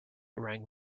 rang